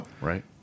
Right